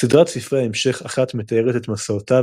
סדרת ספרי המשך אחת מתארת את מסעותיו